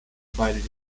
bei